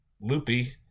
loopy